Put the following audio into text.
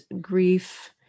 grief